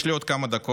יש לי עוד כמה דקות,